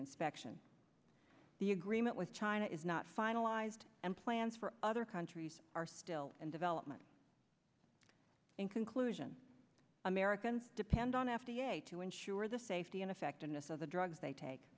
inspection the agreement with china is not finalized and plans for other countries are still in development in conclusion americans depend on f d a to ensure the safety and effectiveness of the drugs they take